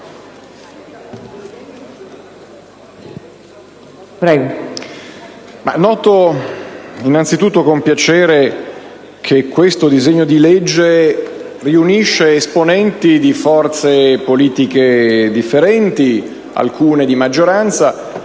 noto innanzi tutto con piacere che questo disegno di legge riunisce esponenti di forze politiche differenti, alcune di maggioranza,